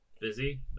busy